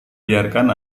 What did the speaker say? biarkan